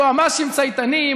"יועמ"שים צייתניים,